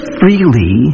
freely